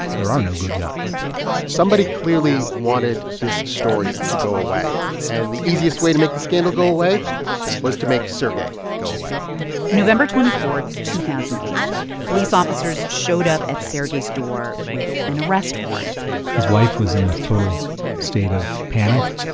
there are no good guys somebody clearly wanted this story to go away. and the easiest way to make the scandal go away was to make sergei go away november twenty four, two thousand and eight police officers showed up at sergei's door with an arrest warrant his wife was in a total state of panic.